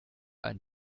ein